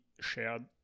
shared